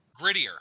Grittier